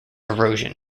erosion